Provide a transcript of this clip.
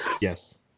Yes